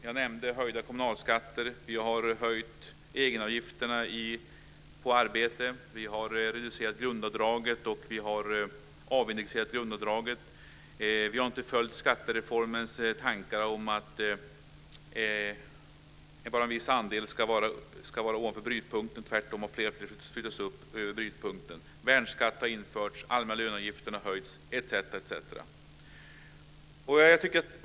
Jag nämnde höjda kommunalskatter. Vi har höjt egenavgifterna på arbete. Vi har reducerat grundavdraget och avindexerat det. Vi har inte följt skattereformens tankar om att bara en viss andel ska vara ovanför brytpunkten. Tvärtom har fler flyttats upp över brytpunkten. Värnskatt har införts, allmänna löneavgifterna höjts, etc.